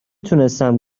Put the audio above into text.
تونستم